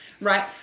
Right